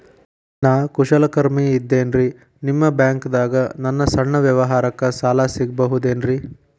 ನಾ ಕುಶಲಕರ್ಮಿ ಇದ್ದೇನ್ರಿ ನಿಮ್ಮ ಬ್ಯಾಂಕ್ ದಾಗ ನನ್ನ ಸಣ್ಣ ವ್ಯವಹಾರಕ್ಕ ಸಾಲ ಸಿಗಬಹುದೇನ್ರಿ?